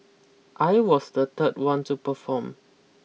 I was the third one to perform